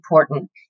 important